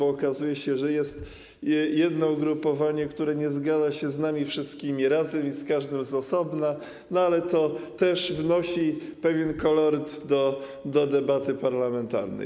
Okazuje się, że jest jedno ugrupowanie, które nie zgadza się z nami wszystkimi razem i z każdym z osobna, ale to też wnosi pewien koloryt do debaty parlamentarnej.